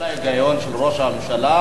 כל ההיגיון של ראש הממשלה,